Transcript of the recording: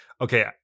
Okay